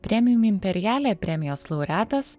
premium imperiale premijos laureatas